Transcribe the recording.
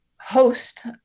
host